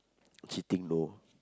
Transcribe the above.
cheating loh